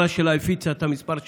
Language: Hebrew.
מי שמכיר את הסיפור האמיתי,